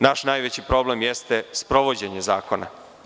Naš najveći problem jeste sprovođenje zakona.